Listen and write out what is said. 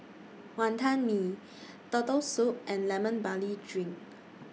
Wantan Mee Turtle Soup and Lemon Barley Drink